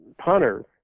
punters